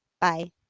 Bye